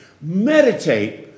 meditate